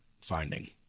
finding